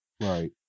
Right